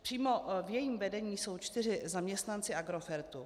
Přímo v jejím vedení jsou čtyři zaměstnanci Agrofertu.